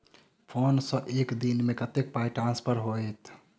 Phone सँ एक दिनमे कतेक पाई ट्रान्सफर होइत?